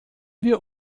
wir